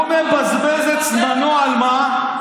הוא מבזבז את זמנו, על מה?